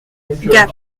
gap